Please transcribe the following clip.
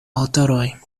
aŭtoroj